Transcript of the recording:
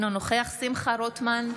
אינו נוכח שמחה רוטמן,